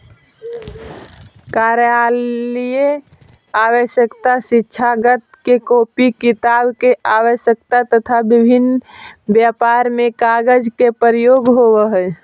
कार्यालयीय आवश्यकता, शिक्षाजगत में कॉपी किताब के आवश्यकता, तथा विभिन्न व्यापार में कागज के प्रयोग होवऽ हई